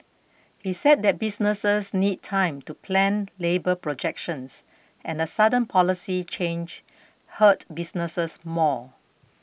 he said that businesses need time to plan labour projections and a sudden policy change hurt businesses more